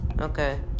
Okay